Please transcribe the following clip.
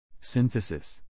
Synthesis